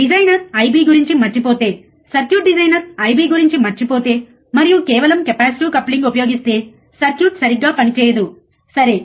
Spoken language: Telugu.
డిజైనర్ I B గురించి మరచిపోతే సర్క్యూట్ డిజైనర్ I B గురించి మరచిపోతే మరియు కేవలం కెపాసిటివ్ కప్లింగ్ ఉపయోగిస్తే సర్క్యూట్ సరిగ్గా పనిచేయదు సరే